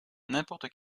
n’importe